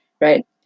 right